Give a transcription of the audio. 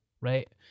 right